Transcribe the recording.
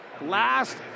last